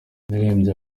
yaririmbye